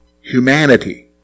Humanity